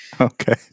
Okay